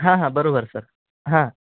हां हां बरोबर सर हां